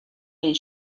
байна